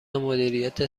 مدیریت